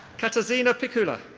katarzyna pikula.